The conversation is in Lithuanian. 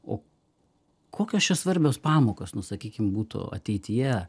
o kokios čia svarbios pamokos nu sakykim būtų ateityje